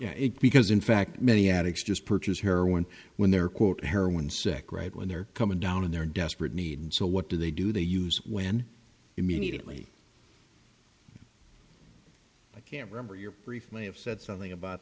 it because in fact many addicts just purchase heroin when they're quote heroin sec right when they're coming down in their desperate need so what do they do they use when immediately i can't remember your brief may have said something about